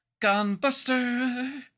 Gunbuster